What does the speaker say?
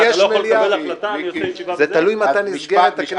אם יש מליאה ------ תלוי מתי נסגרת הכנסת.